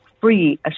free